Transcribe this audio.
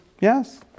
Yes